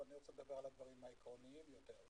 אבל אני רוצה לדבר על הדברים העקרוניים יותר.